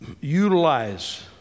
utilize